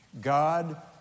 God